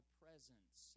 presence